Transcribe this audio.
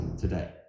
today